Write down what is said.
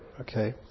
okay